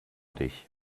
dich